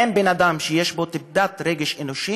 אין בן-אדם שיש בו טיפת רגש אנושי